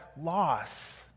loss